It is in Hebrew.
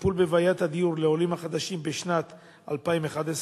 לטיפול בבעיית הדיור לעולים החדשים בשנת 2011,